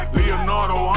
Leonardo